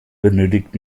benötigt